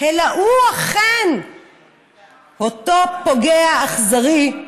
אלא הוא אכן אותו פוגע אכזרי,